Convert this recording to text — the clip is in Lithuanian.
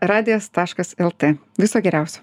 radijas taškas lt viso geriausio